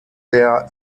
der